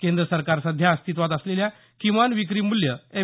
केंद्र सरकार सध्या अस्तित्त्वात असलेल्या किमान विक्री मूल्य एम